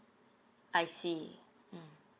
I see mm